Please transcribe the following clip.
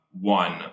one